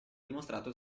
dimostrato